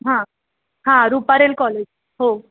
हां हां रुपारेल कॉलेज हो